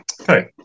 Okay